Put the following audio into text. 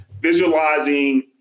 visualizing